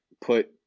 put